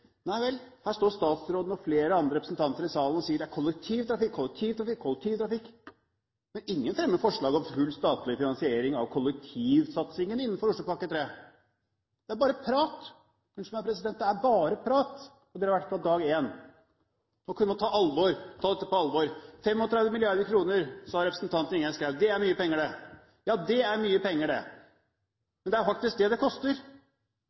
Nei vel, her står statsråden og flere andre representanter i salen og sier kollektivtrafikk, kollektivtrafikk, kollektivtrafikk, men ingen fremmer forslag om full statlig finansiering av kollektivsatsingen innenfor Oslopakke 3. Det er bare prat – unnskyld meg, president – det er bare prat, og det har det vært fra dag én. Nå kunne man ta dette på alvor. 35 mrd. kr, sa representanten Ingjerd Schou, det er mye penger. Ja, det er mye penger, men det er faktisk det det koster.